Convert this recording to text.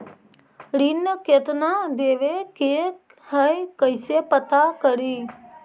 ऋण कितना देवे के है कैसे पता करी?